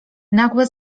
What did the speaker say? nagłe